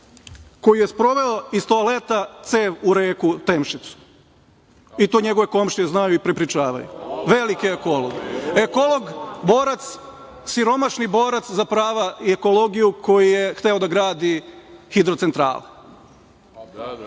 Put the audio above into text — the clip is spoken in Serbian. koji je sproveo iz toaleta cev u reku Temšicu i to njegove komšije znaju i prepričavaju, veliki ekolog. Ekolog, borac, siromašni borac za prava i ekologiju koji je hteo da gradi hidrocentralu,